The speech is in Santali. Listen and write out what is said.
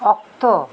ᱚᱠᱛᱚ